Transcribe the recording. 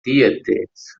theatres